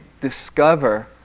discover